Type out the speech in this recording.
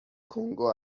کنگو